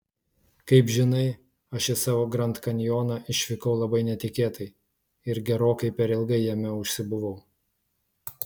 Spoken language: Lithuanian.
kaip žinai aš į savo grand kanjoną išvykau labai netikėtai ir gerokai per ilgai jame užsibuvau